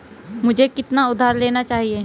मुझे कितना उधार लेना चाहिए?